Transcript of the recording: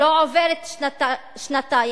לא עוברות שנתיים,